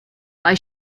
why